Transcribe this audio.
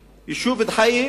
ויישוב: היישוב דחייה,